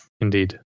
indeed